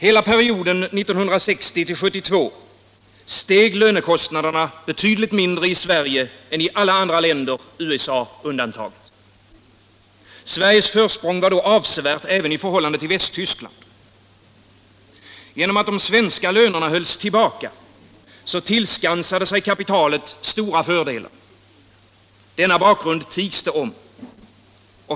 Hela perioden 1960-1972 steg lönekostnaderna betydligt mindre i Sverige än i alla andra länder, USA undantaget. Sveriges försprång var då avsevärt även i förhållande till Västtyskland. Genom att de svenska lönerna hölls tillbaka tillskansade sig kapitalet stora fördelar. Denna bakgrund tigs det om.